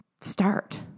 start